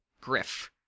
Griff